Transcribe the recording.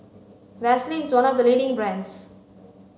Vaselin is one of the leading brands